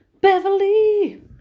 beverly